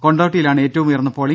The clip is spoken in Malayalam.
കൊണ്ടോട്ടിയിലാണ് ഏറ്റവും ഉയർന്ന പോളിങ്